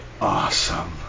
awesome